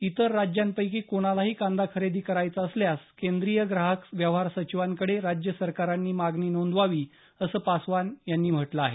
इतर राज्यांपैकी कोणालाही कांदा खरेदी करायचा असल्यास केंद्रीय ग्राहक व्यवहार सचिवांकडे राज्य सरकारांनी मागणी नोंदवावी असं पासवान यांनी म्हटलं आहे